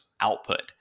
output